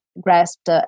grasped